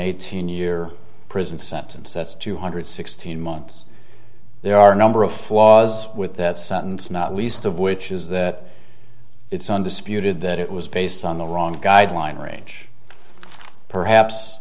eighteen year prison sentence that's two hundred sixteen months there are a number of flaws with that sentence not least of which is that it's undisputed that it was based on the wrong guideline range perhaps